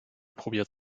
probiert